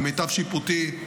למיטב שיפוטי,